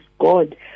God